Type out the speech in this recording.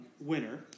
winner